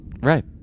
right